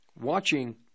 watching